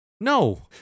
No